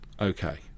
okay